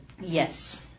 Yes